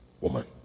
woman